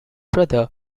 brother